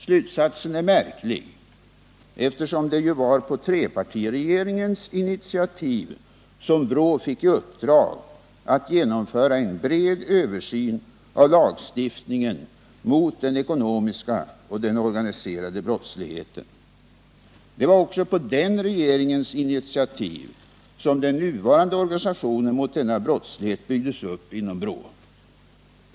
Slutsatsen är märklig, eftersom det ju var på trepartiregeringens initiativ som BRÅ fick i uppdrag att genomföra en bred översyn av lagstiftningen mot den ekonomiska och den organiserade brottsligheten. Det var också på den regeringens initiativ som den nuvarande organisationen mot denna brottslighet byggdes upp inom BRÅ.